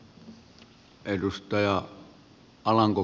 arvoisa puhemies